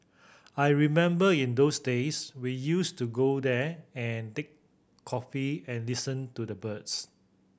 I remember in those days we used to go there and take coffee and listen to the birds